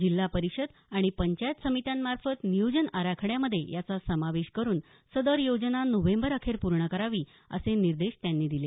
जिल्हा परिषद आणि पंचायत समित्यांमार्फत नियोजन आराखड्यामध्ये याचा समावेश करून सदर योजना नोव्हेंबर अखेर पूर्ण करावी असे निर्देश त्यांनी दिले